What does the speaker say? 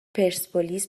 پرسپولیس